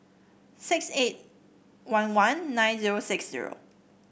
six eight one one nine zero six zero